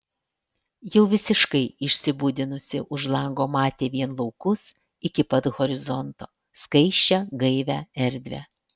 jau visiškai išsibudinusi už lango matė vien laukus iki pat horizonto skaisčią gaivią erdvę